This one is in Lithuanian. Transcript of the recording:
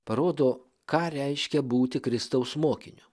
parodo ką reiškia būti kristaus mokiniu